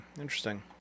Interesting